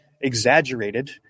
exaggerated